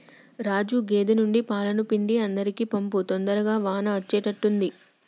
రాజు గేదె నుండి పాలను పిండి అందరికీ పంపు తొందరగా వాన అచ్చేట్టుగా ఉంది